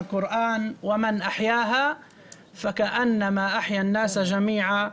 מהקוראן: "ומן אחיאהא פכאנמא אחיא אל-נאס ג'מיעאן".